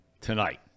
tonight